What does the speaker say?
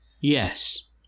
Yes